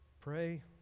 pray